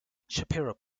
shapiro